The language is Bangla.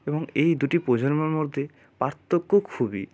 এবং এই দুটি প্রজন্মের মধ্যে পার্থক্য খুবই